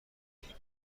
موندی